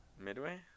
Midway